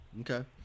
Okay